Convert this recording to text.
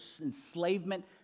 enslavement